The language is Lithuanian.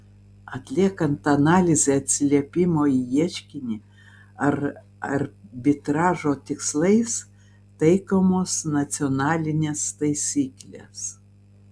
atliekant analizę atsiliepimo į ieškinį ar arbitražo tikslais taikomos nacionalinės taisyklės